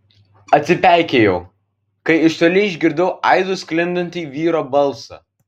atsipeikėjau kai iš toli išgirdau aidu sklindantį vyro balsą